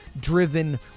driven